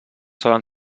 solen